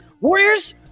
Warriors